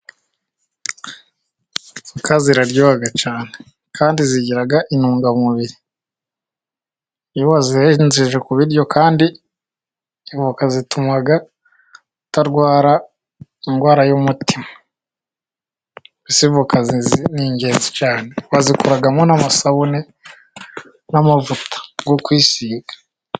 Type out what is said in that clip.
Avoka ziraryoha cyane kandi zigira intungamubiri. Iyo wazirengeje ku biryo, kandi zituma utarwara indwara y'umutima. Ni ingenzi cyane bazikoramo n'amasabune n'amavuta yo kwisiga.